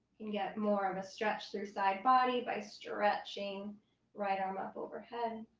and get more of a stretch through side body by stretching right arm up overhead.